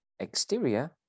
Exterior